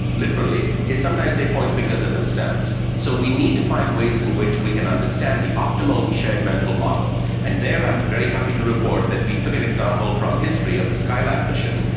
literally, is sometimes they point fingers at themselves. so we need to find ways in which we can understand the optimal shared mental model and there i am very happy to report that we took an example from history of the skylab mission.